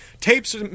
Tapes